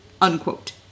unquote